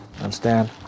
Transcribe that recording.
understand